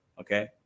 Okay